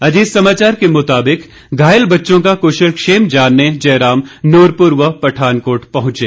अजीत समाचार के मुताबिक घायल बच्चों का कुशलक्षेम जानने जयराम नूरपुर व पठानकोट पहुंचे